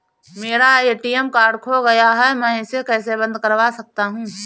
मेरा ATM card खो गया है मैं इसे कैसे बंद करवा सकता हूँ?